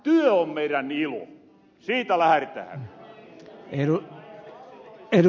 työ on meirän ilo siitä lähretähän